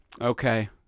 okay